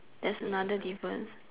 there's another difference